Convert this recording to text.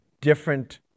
different